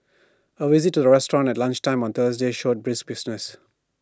A visit to the restaurant at lunchtime on Thursday showed brisk business